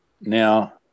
Now